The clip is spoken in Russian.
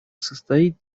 состоит